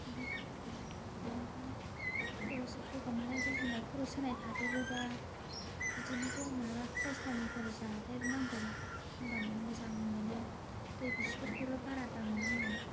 माबाफोर खर' गगा मोननाय गुजुनाय खर' सानाय थादेरोबा बिदिनो गगा मोनबा पेरासिटामलफोर जादेरनांगौ होनबानो मोजां मोनो दै गुसुफोरखौल' बारा दांनो नाङा